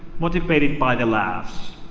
motivated by the laughs.